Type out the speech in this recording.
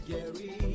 Gary